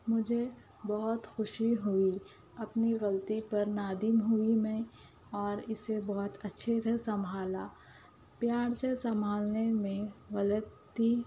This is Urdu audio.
مجھے بہت خوشی ہوئی اپنی غلطی پر نادم ہوئی میں اور اسے بہت اچھے سے سنبھالا پیار سے سنبھالنے میں غلطی